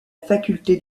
faculté